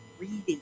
reading